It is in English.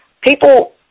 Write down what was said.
people